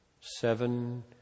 Seven